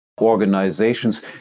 organizations